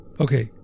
Okay